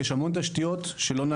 יש המון תשתיות שלא,